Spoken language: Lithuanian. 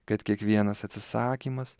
kad kiekvienas atsisakymas